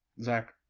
Zach